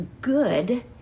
good